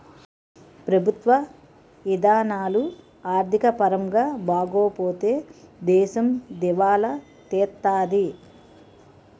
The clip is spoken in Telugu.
ప్రభుత్వ ఇధానాలు ఆర్థిక పరంగా బాగోపోతే దేశం దివాలా తీత్తాది